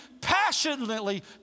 passionately